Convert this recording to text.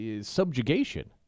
subjugation